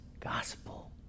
gospel